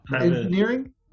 engineering